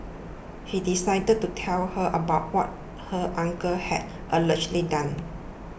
he decided to tell her about what her uncle had allegedly done